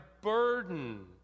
burdened